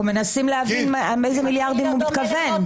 אנחנו מנסים להבין על איזה מיליארדים הוא מתכוון.